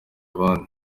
abandi